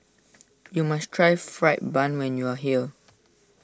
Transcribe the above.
you must try Fried Bun when you are here